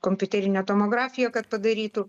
kompiuterinę tomografiją kad padarytų